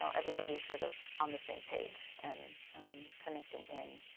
so everybody sort of on the same page and connecting in.